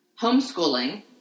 homeschooling